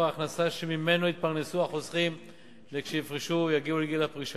ההכנסה שממנו יתפרנסו החוסכים לכשיפרשו או יגיעו לגיל הפרישה.